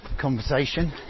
conversation